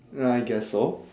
uh I guess so